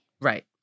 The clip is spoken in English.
Right